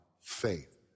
faith